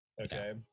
okay